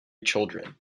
children